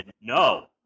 No